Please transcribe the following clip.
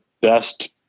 best